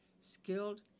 skilled